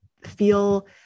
feel